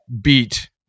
beat